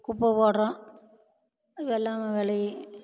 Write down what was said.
குப்பை போடுறோம் எல்லாம் விளையும்